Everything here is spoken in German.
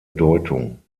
deutung